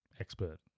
expert